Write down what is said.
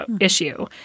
issue